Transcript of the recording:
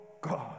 God